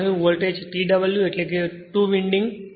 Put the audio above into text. મેં કહ્યું voltage T W એટલે ટુ વિન્ડિંગ